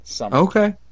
Okay